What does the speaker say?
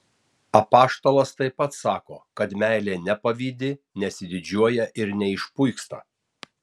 apaštalas taip pat sako kad meilė nepavydi nesididžiuoja ir neišpuiksta